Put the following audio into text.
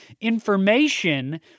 information